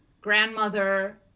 grandmother